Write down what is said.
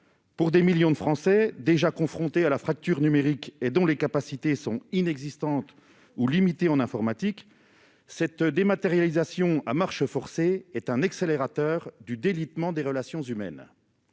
pour des millions de Français déjà confronté à la fracture numérique et dont les capacités sont inexistantes ou limitées en informatique cette dématérialisation à marche forcée est un accélérateur du délitement des relations humaines,